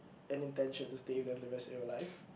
an intention to stay with them the rest of your life